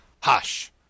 Hush